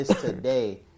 today